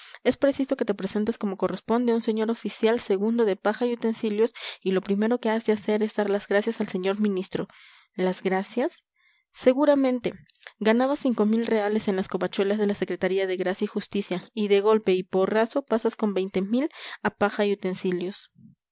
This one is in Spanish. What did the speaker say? es preciso que te presentes como corresponde a un señor oficial segundo de paja y utensilios y lo primero que has de hacer es dar las gracias al señor ministro las gracias seguramente ganabas rs en las covachuelas de la secretaría de gracia y justicia y de golpe y porrazo pasas con a paja y utensilios